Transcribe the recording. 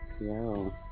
Yo